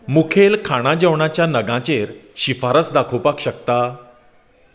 मुखेल खाणा जेवणाच्या नगाचेर शिफारस दाखोवपाक शकता